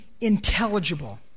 intelligible